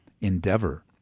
endeavor